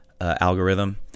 algorithm